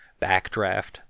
Backdraft